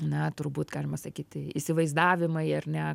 na turbūt galima sakyti įsivaizdavimai ar ne